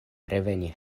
reveni